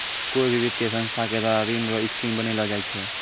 कोय भी वित्तीय संस्था के द्वारा ऋण रो स्कीम बनैलो जाय छै